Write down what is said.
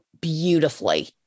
beautifully